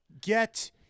get